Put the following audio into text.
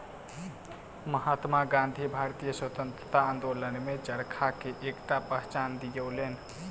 महात्मा गाँधी भारतीय स्वतंत्रता आंदोलन में चरखा के एकटा पहचान दियौलैन